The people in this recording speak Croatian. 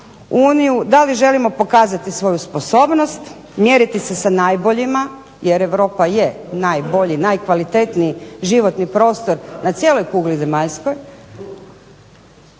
uniju, da li želimo pokazati svoju sposobnost, mjeriti se sa najboljima jer Europa je najbolji, najkvalitetniji životni prostor na cijeloj kugli zemaljskoj.